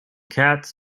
cats